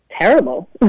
Terrible